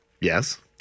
Yes